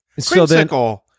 Creamsicle